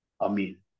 Amen